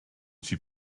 suis